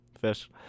fish